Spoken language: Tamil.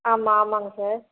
ஆமாம் ஆமாம்ங்க சார்